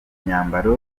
imyambaro